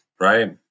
right